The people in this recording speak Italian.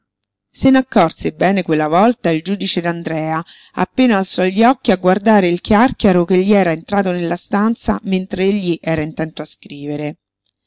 difficilissimo se n'accorse bene quella volta il giudice d'andrea appena alzò gli occhi a guardare il chiàrchiaro che gli era entrato nella stanza mentr'egli era intento a scrivere